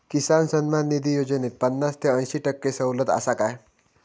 किसान सन्मान निधी योजनेत पन्नास ते अंयशी टक्के सवलत आसा काय?